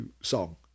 song